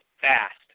fast